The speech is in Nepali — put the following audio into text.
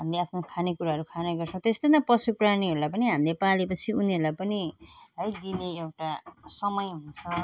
हामीले आफ्नो खानेकुराहरू खाने गर्छौँ त्यस्तो नै पशु प्राणीहरूलाई पनि हामीले पाले पछि उनीहरूलाई पनि है दिने एउटा समय हुन्छ है